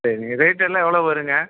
சரிங்க ரேட் எல்லாம் எவ்வளோ வருங்க